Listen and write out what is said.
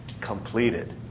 completed